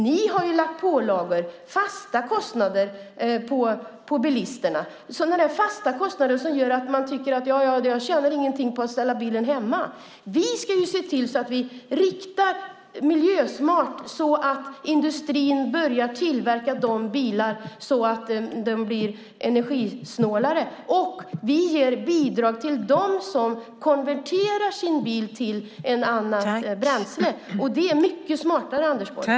Ni har ju lagt pålagor, fasta kostnader på bilisterna, sådana fasta kostnader som gör att människor tycker att de inte tjänar någonting på att ställa bilen hemma. Vi ska ju se till att vi riktar åtgärderna miljösmart så att industrin börjar tillverka bilar som blir energisnålare. Vi ger bidrag till dem som konverterar sin bil till ett annat bränsle. Det är mycket smartare, Anders Borg.